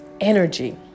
energy